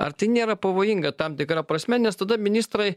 ar tai nėra pavojinga tam tikra prasme nes tada ministrai